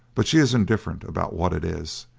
but she is indifferent about what it is,